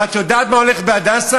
ואת יודעת מה הולך ב"הדסה"?